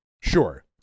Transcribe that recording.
Sure